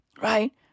Right